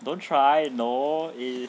don't try no eh